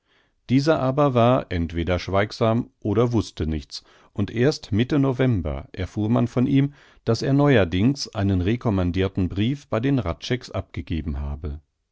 dieser aber war entweder schweigsam oder wußte nichts und erst mitte november erfuhr man von ihm daß er neuerdings einen rekommandirten brief bei den hradschecks abgegeben habe